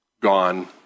gone